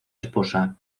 esposa